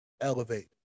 elevate